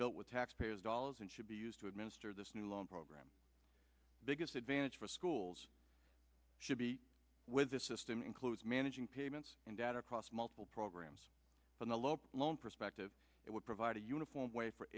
built with taxpayers dollars and should be used to administer this new loan program biggest advantage for schools should be with this system includes managing payments and data across multiple programs from the local loan perspective it would provide a uniform way for